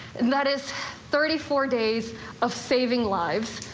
and that is thirty four days of saving lives,